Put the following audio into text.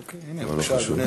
אוקיי, הנה, בבקשה, אדוני.